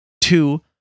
Two